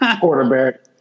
quarterback